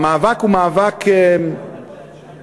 המאבק הוא מאבק רציני.